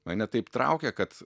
mane taip traukia kad